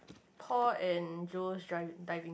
Paul and Joe's driving diving